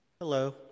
Hello